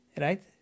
Right